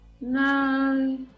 No